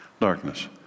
Darkness